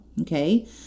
Okay